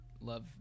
love